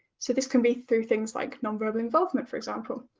so this can be through things like non-verbal involvement, for example.